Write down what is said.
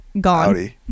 gone